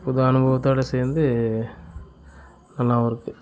புது அனுபவத்தோடு சேர்ந்து நல்லாவும் இருக்குது